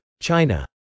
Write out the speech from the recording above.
China